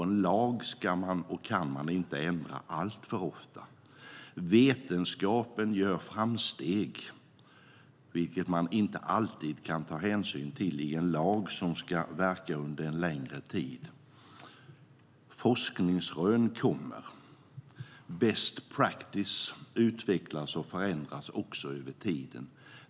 En lag ska och kan man inte ändra alltför ofta. Vetenskapen gör framsteg, vilket man inte alltid kan ta hänsyn till i en lag som ska verka under en längre tid. Forskningsrön kommer. Best practice utvecklas och förändras också över tiden.